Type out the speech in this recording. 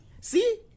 See